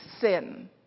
sin